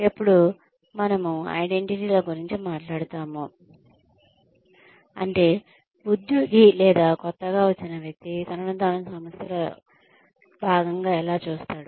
ఎప్పుడు మనము ఐడెంటిటీ ల గురించి మాట్లాడుతాము అంటే ఉద్యోగి లేదా కొత్తగా వచ్చిన వ్యక్తి తనను తాను సంస్థలో భాగంగా ఎలా చూస్తాడు